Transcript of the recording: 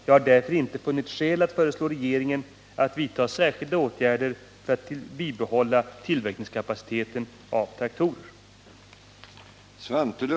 Jag har därför inte funnit skäl att föreslå regeringen att vidta särskilda åtgärder för att bibehålla tillverkningskapaciteten i fråga om traktorer.